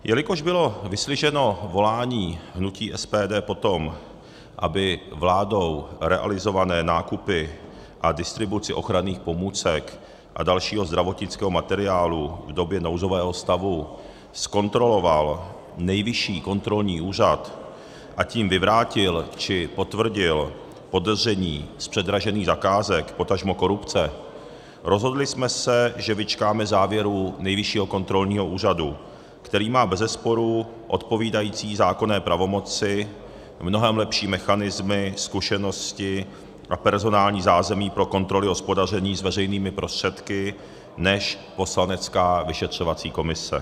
Jelikož bylo vyslyšeno volání hnutí SPD po tom, aby vládou realizované nákupy a distribuci ochranných pomůcek a dalšího zdravotnického materiálu v době nouzového stavu zkontroloval Nejvyšší kontrolní úřad, a tím vyvrátil či potvrdil podezření z předražených zakázek, potažmo korupce, rozhodli jsme se, že vyčkáme závěrů Nejvyššího kontrolního úřadu, který má bezesporu odpovídající zákonné pravomoci, mnohem lepší mechanismy, zkušenosti a personální zázemí pro kontroly hospodaření s veřejnými prostředky než poslanecká vyšetřovací komise.